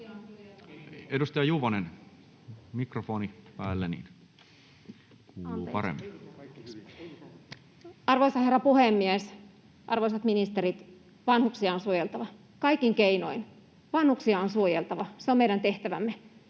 ollessa suljettuna] Arvoisa herra puhemies! Arvoisat ministerit! Vanhuksia on suojeltava, kaikin keinoin. Vanhuksia on suojeltava, se on meidän tehtävämme.